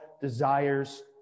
desires